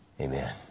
Amen